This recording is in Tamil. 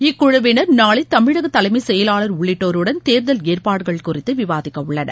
இக்குழவினா் நாளை தமிழக தலைமைச் செயலாளர் உள்ளிட்டோருடன் தேர்தல் ஏற்பாடுகள் குறித்து விவாதிக்கவுள்ளனர்